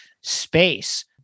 space